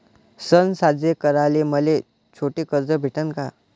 सन साजरे कराले मले छोट कर्ज भेटन का?